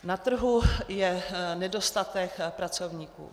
Na trhu je nedostatek pracovníků.